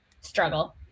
struggle